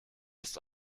ist